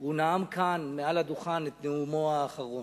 הוא נאם כאן מעל הדוכן את נאומו האחרון.